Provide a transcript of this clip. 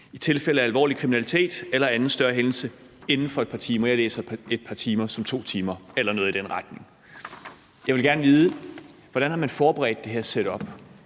i tilfælde af alvorlig kriminalitet eller en anden større hændelse inden for et par timer. Jeg læser »et par timer« som 2 timer eller noget i den retning. Jeg vil gerne vide, hvordan man har forberedt det her setup: